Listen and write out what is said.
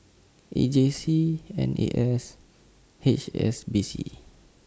E J C N A S H S B C